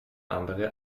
andere